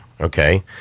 Okay